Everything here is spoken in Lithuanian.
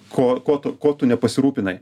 ko ko tu ko tu nepasirūpinai